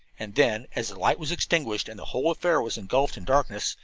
and then, as the light was extinguished, and the whole affair was engulfed in darkness,